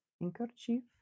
Handkerchief